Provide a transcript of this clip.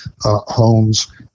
homes